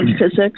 physics